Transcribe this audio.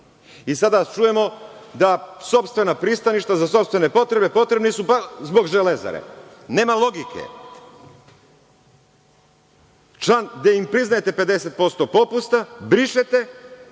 člana. Sada čujemo da sopstvena pristaništa za sopstvene potrebe potrebna su zbog „Železare“. Nema logike. Član gde im priznajete 50% popusta brišete,